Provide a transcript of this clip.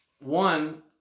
one